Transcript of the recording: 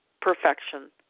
perfection